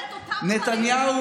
אותו נאום